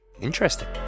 Interesting